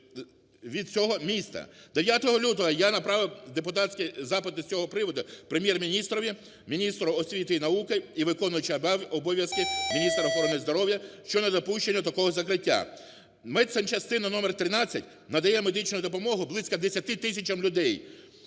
від цього міста? Дев'ятого лютого я направив депутатський запит із цього приводу Прем'єр-міністрові, міністру освіти і науки і виконуючій обов'язки міністра охорони здоров'я щодо недопущення такого закриття. Медсанчастина № 13 надає медичну допомогу близько 10 тисячам людей,